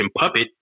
puppet